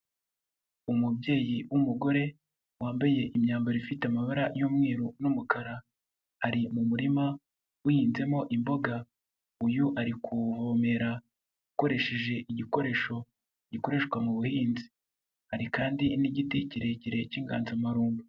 Umubyeyi w'umugore wambaye imyambaro ifite amabara y'umweru n'umukara, ari mu murima uhinzemo imboga, uyu ari kuwuvomera akoresheje igikoresho gikoreshwa mu buhinzi, hari kandi n'igiti kirekire cy'inganzamarumbu.